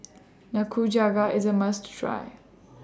Nikujaga IS A must Try